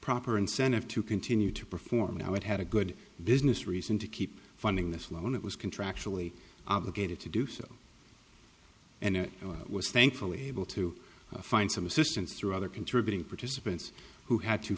proper incentive to continue to perform now it had a good business reason to keep funding this loan it was contractually obligated to do so and it was thankfully able to find some assistance through other contributing participants who had t